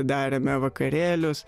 darėme vakarėlius